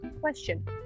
question